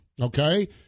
Okay